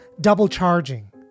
double-charging